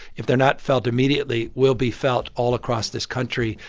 if they're not felt immediately, will be felt all across this country.